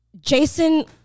jason